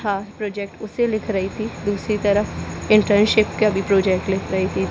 था प्रोजेक्ट उसे लिख रही थी दूसरी तरफ़ इंटर्नशिप का भी प्रोजेक्ट लिख रही थी